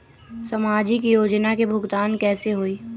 समाजिक योजना के भुगतान कैसे होई?